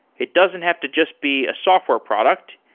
it doesn't have to just be a software product.